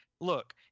look